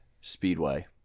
Speedway